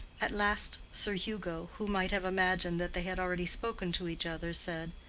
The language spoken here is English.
at last sir hugo, who might have imagined that they had already spoken to each other, said,